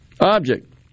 object